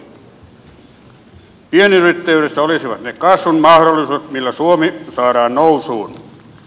pienyrittäjyydessä olisivat ne kasvun mahdollisuudet millä suomi saadaan nousuun